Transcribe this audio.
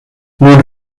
nun